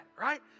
Right